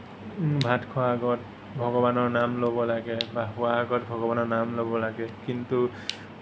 বা ভাত খোৱাৰ আগত ভগৱানৰ নাম ল'ব লাগে বা শুৱাৰ আগত ভগৱানৰ নাম ল'ব লাগে কিন্তু